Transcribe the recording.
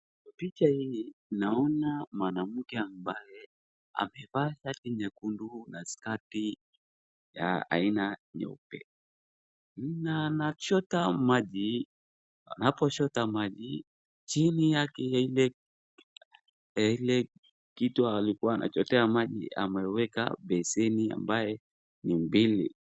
Picha hii, naona mwanamke ambaye amevaa shati nyekundu na skati ya aina nyeupe, na anachota maji, anpochota maji, chini yake ya ile kitu alikuwa anachotea maji ameweka beseni ambaye ni mbili.